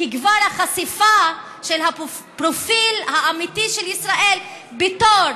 כי כבר החשיפה של הפרופיל האמיתי של ישראל בתור